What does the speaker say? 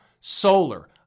solar